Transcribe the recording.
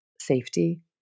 safety